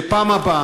שבפעם הבאה,